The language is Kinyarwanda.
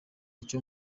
icyo